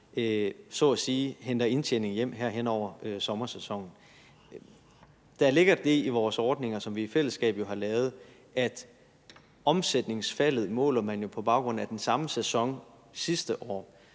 så at sige henter indtjeningen hjem her hen over sommersæsonen. Der ligger det i vores ordninger, som vi jo har lavet i fællesskab, at man måler omsætningsfaldet på baggrund af samme sæson sidste år.